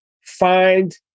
find